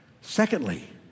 Secondly